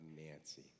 Nancy